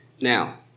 Now